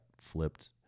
flipped